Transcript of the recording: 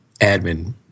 admin